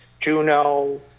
juno